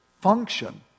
function